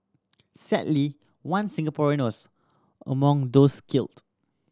sadly one Singaporean was among those killed